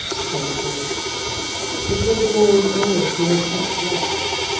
said a voice it was aurora's maid who had kept watch.